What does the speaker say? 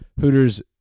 Hooters